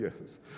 Yes